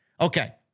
Okay